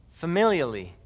familially